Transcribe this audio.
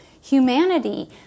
humanity